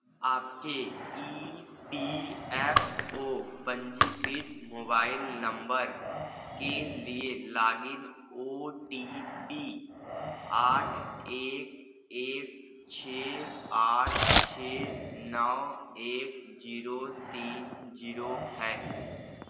आपके P F O पंजीकृत mobile number के लिए लॉगिन ओ टी पी आठ एक एक छ आठ छ नौ एक जीरो तीन जीरो है